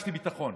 הרגשתי ביטחון: